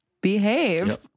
behave